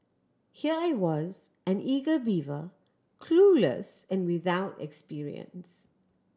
here I was an eager beaver clueless and without experience